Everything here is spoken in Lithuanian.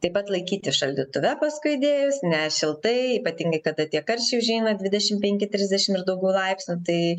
taip pat laikyti šaldytuve paskui įdėjus ne šiltai ypatingai kada tie karščiai užeina dvidešimt penki trisdešimt ir daugiau laipsnių tai